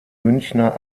münchner